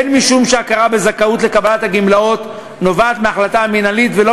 הן משום שההכרה בזכאות לקבלת הגמלאות נובעת מההחלטה המינהלית ולא